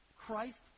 Christ